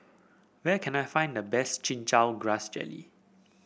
where can I find the best Chin Chow Grass Jelly